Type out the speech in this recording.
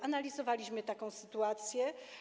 Analizowaliśmy taką sytuację.